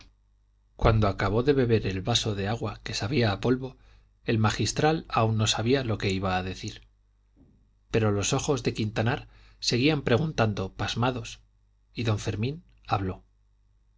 cuando acabó de beber el vaso de agua que sabía a polvo el magistral aún no sabía lo que iba a decir pero los ojos de quintanar seguían preguntando pasmados y don fermín habló